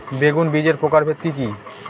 বেগুন বীজের প্রকারভেদ কি কী?